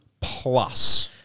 plus